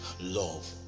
love